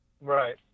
right